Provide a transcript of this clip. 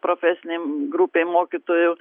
profesinėm grupei mokytojų